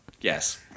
yes